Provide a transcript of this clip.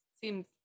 Seems